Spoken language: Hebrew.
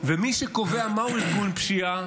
ומי שקובע מה הוא ארגון פשיעה